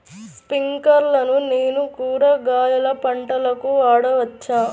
స్ప్రింక్లర్లను నేను కూరగాయల పంటలకు వాడవచ్చా?